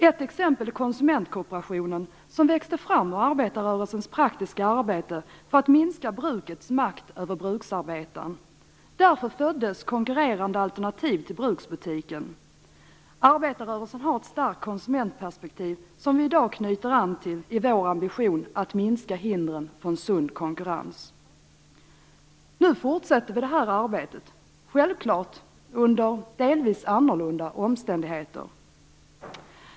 Ett exempel är konsumentkooperationen som växte fram ur arbetarrörelsens praktiska arbete för att minska brukets makt över bruksarbetaren. Därför föddes konkurrerande alternativ till bruksbutiken. Arbetarrörelsen har ett starkt konsumentperspektiv som vi i dag knyter an till i vår ambition att minska hindren för en sund konkurrens. Nu fortsätter vi det arbetet, självklart under delvis annorlunda omständigheter.